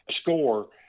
score